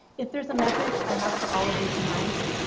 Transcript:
if there's a message i have for all of you tonight,